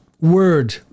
word